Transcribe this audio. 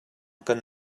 kan